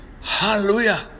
Hallelujah